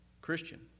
Christian